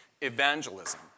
evangelism